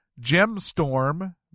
Gemstorm